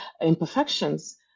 imperfections